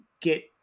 get